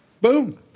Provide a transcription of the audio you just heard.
Boom